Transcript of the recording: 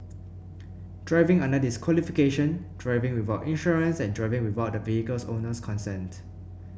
driving under disqualification driving without insurance and driving without the vehicle owner's consent